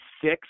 six